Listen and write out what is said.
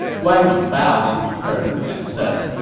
guan yu bowed in return and said,